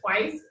twice